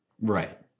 Right